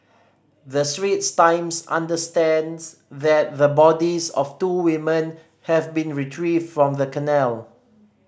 the Straits Times understands that the bodies of two women have been retrieved from the canal